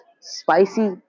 spicy